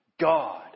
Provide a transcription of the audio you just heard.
God